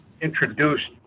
introduced